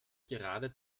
gerade